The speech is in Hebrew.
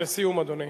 לסיום, אדוני.